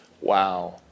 Wow